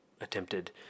attempted